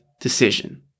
decision